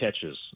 catches